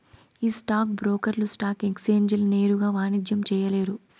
ఈ స్టాక్ బ్రోకర్లు స్టాక్ ఎక్సేంజీల నేరుగా వాణిజ్యం చేయలేరు